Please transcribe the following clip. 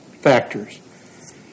factors